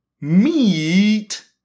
Meat